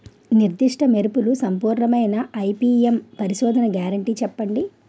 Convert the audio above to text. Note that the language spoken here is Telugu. నిర్దిష్ట మెరుపు సంపూర్ణమైన ఐ.పీ.ఎం పరిశోధన గ్యారంటీ చెప్పండి?